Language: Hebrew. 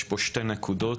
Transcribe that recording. יש פה שתי נקודות.